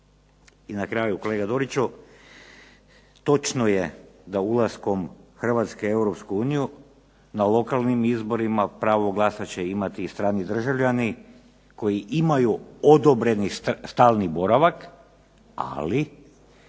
I na kraju kolega Doriću, točno je ulaskom Hrvatske u Europsku uniju, na lokalnim izborima pravo glasa će imati strani državljani koji imaju odobreni stalni boravak, ali